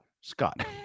Scott